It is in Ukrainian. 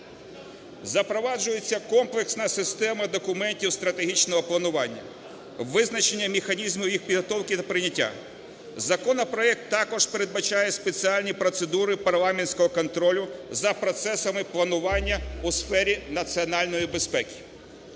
Запроваджується комплексна система документів стратегічного планування, визначення механізму їх підготовки та прийняття. Законопроект також передбачає спеціальні процедури парламентського контролю за процесами планування у сфері національної безпеки.